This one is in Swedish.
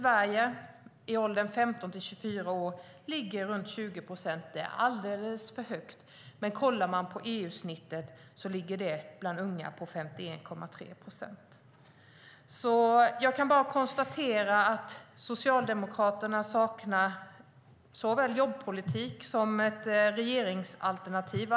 Antalet i åldern 15-24 år ligger i Sverige runt 20 procent. Det är alldeles för högt, men kollar man på EU-snittet bland unga ser man att det ligger på 51,3 procent. Jag kan bara konstatera att Socialdemokraterna saknar såväl jobbpolitik som ett regeringsalternativ.